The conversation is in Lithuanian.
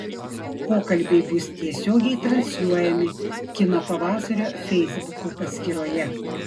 pokalbiai bus tiesiogiai transliuojami kino pavasario feisbuko paskyroje